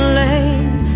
lane